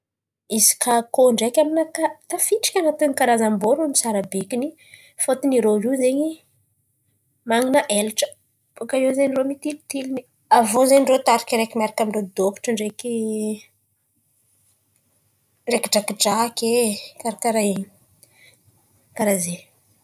Izy kà akôho ndraiky aminaka tafidriky anatin'n̈y karazam-borona tsara bekin̈y fôton̈y irô io zen̈y man̈ana elatra bakà eo zen̈y irô mitilitilin̈y. Avy iô zen̈y irô tarika araiky miaraka irô dokotra ndraiky drakidraky karà karà in̈y karà zen̈y.